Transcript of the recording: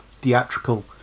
theatrical